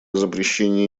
запрещении